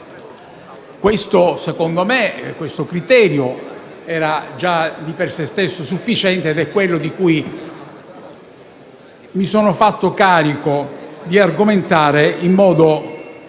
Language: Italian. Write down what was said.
secondo me, era già di per se stesso sufficiente ed è quello di cui mi sono fatto carico di argomentare in modo